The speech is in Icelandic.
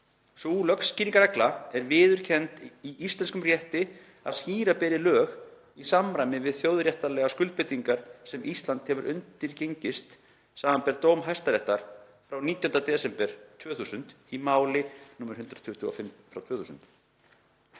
Sú lögskýringarregla er viðurkennd í íslenskum rétti að skýra beri lög í samræmi við þjóðréttarlegar skuldbindingar sem Ísland hefur undirgengist, sbr. t.d. dóm Hæstaréttar frá 19. desember 2000 í máli nr. 125/2000.